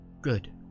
Good